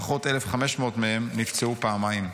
לפחות 1,500 מהם נפצעו פעמיים.